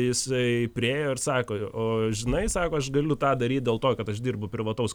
jisai priėjo ir sako o žinai sako aš galiu tą daryt dėl to kad aš dirbu privataus